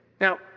Now